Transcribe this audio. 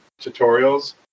tutorials